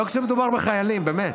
לא כשמדובר בחיילים, באמת.